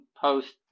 post